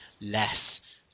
less